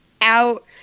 out